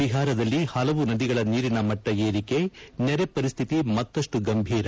ಬಿಹಾರದಲ್ಲಿ ಹಲವು ನದಿಗಳ ನೀರಿನ ಮಟ್ಟ ಏರಿಕೆ ನೆರೆ ಪರಿಸ್ತಿತಿ ಮತ್ತಷ್ಟು ಗಂಭೀರ